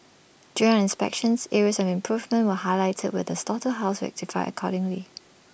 during our inspections areas of improvement were highlighted with the slaughterhouse rectified accordingly